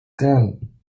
gun